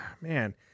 man